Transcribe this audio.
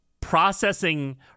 processing